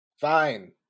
Fine